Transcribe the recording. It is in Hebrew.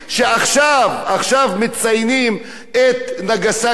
עכשיו, מציינים את נגסקי והירושימה.